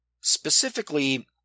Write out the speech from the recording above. Specifically